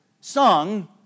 sung